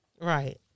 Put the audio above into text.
Right